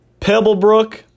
Pebblebrook